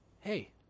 Hey